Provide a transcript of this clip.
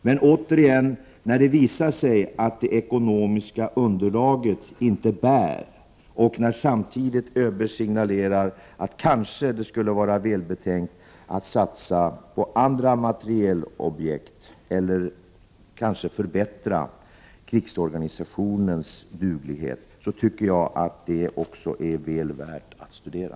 Men återigen: När det visar sig att det ekonomiska underlaget inte bär och när samtidigt ÖB signalerar att det kanske vore välbetänkt att satsa på andra materielobjekt eller måhända förbättra krigsorganisationens duglighet, då tycker jag att också detta är väl värt att studera.